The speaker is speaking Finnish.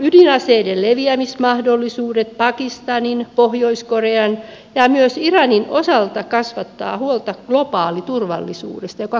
ydinaseiden leviämismahdollisuudet pakistanin pohjois korean ja myös iranin osalta kasvattavat huolta globaaliturvallisuudesta joka koskettaa meitäkin